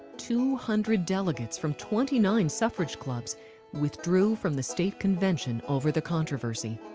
two hundred delegates from twenty nine suffrage clubs withdrew from the state convention over the controversy.